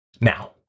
Now